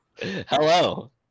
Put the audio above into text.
Hello